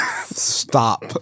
Stop